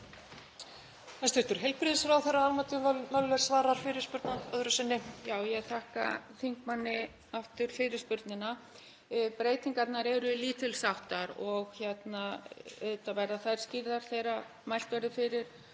auðvitað verða þær skýrðar þegar mælt verður fyrir